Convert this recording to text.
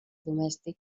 domèstic